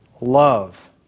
love